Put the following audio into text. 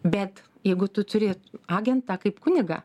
bet jeigu tu turi agentą kaip kunigą